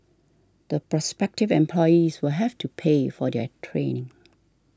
the prospective employees will have to pay for their training